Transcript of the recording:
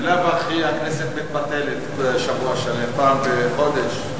בלאו הכי הכנסת מתבטלת לשבוע שלם פעם בחודש.